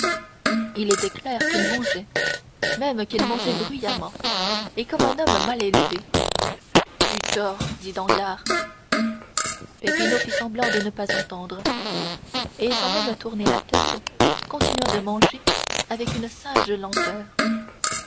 il était clair qu'il mangeait même qu'il mangeait bruyamment et comme un homme mal élevé butor dit danglars peppino fit semblant de ne pas entendre et sans même tourner la tête continua de manger avec une sage lenteur